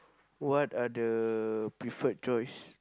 what are the preferred choice